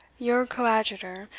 your coadjutor,